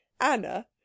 Anna